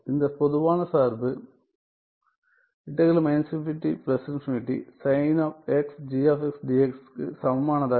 இந்த பொதுவான சார்பு க்கு சமமானதாக இருக்கும்